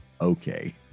okay